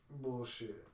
Bullshit